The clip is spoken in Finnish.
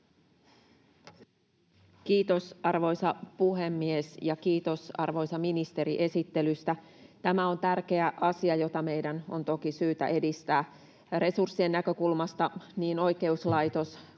Kiitos, arvoisa puhemies! Ja kiitos, arvoisa ministeri, esittelystä. Tämä on tärkeä asia, jota meidän on toki syytä edistää. Resurssien näkökulmasta niin oikeuslaitos